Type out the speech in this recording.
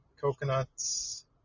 coconuts